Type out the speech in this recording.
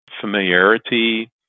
familiarity